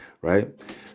right